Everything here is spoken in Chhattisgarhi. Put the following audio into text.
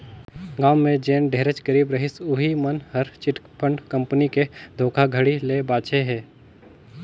गाँव में जेन ढेरेच गरीब रहिस उहीं मन हर चिटफंड कंपनी के धोखाघड़ी ले बाचे हे